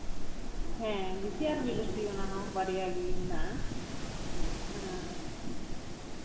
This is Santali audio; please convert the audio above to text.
ᱦᱮᱸ ᱫᱮᱥᱤ ᱟᱨ ᱵᱤᱫᱮᱥᱤ ᱚᱱᱟᱦᱚᱸ ᱵᱟᱨᱭᱟ ᱜᱮ ᱢᱮᱱᱟᱜᱼᱟ ᱦᱮᱸ